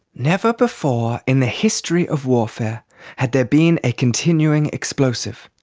never before in the history of warfare had there been a continuing explosive,